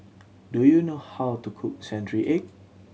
do you know how to cook century egg